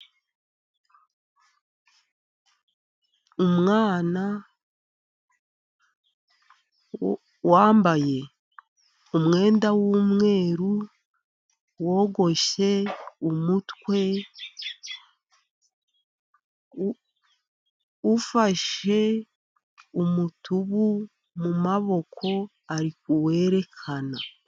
Umwana wambaye umwenda w'umweruru, wogoshe umutwe, ufashe umutubu mu maboko ari kuwerekana.